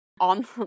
on